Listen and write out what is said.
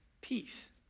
peace